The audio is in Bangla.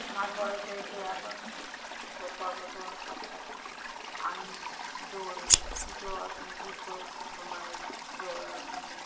আমার বয়স হয়েছে এখন সত্তর বছরের কাছাকাছি আমি দৌড়ই কিছু নির্দিষ্ট সময়ে দৌড়ে নিই